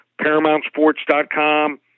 ParamountSports.com